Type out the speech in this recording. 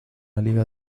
liga